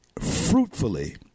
fruitfully